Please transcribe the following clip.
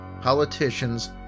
politicians